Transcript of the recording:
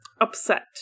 upset